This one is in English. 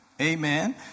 Amen